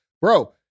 bro